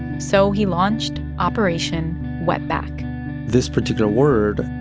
so he launched operation wetback this particular word,